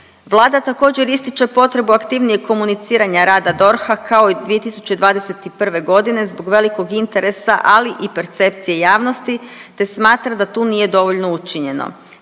Vlada također ističe potrebu aktivnijeg komuniciranja rada DORH-a kao i 2021. godine zbog velikog interesa, ali i percepcije javnosti te smatra da tu nije dovoljno učinjeno.